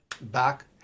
back